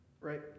Right